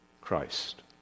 Christ